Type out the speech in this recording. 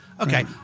Okay